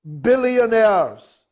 billionaires